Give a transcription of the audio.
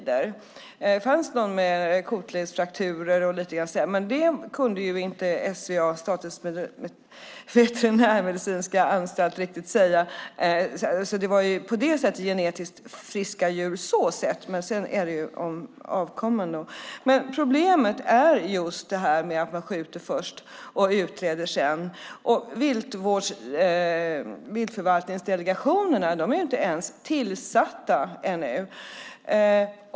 Det fanns någon med kotledsfrakturer, men mer kunde inte Statens veterinärmedicinska anstalt, SVA, säga. Det var alltså på det sättet genetiskt friska djur, men det handlar ju om avkomman. Problemet är alltså att man skjuter först och utreder sedan. Viltförvaltningsdelegationerna är inte ens tillsatta ännu.